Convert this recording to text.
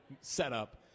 setup